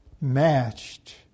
matched